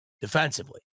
defensively